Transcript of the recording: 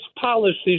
policies